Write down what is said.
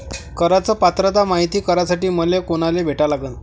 कराच पात्रता मायती करासाठी मले कोनाले भेटा लागन?